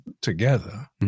together